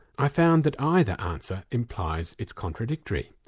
i found that either answer implies it's contradictory.